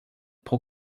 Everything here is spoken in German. pro